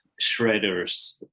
shredders